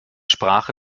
sprache